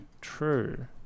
true